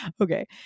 okay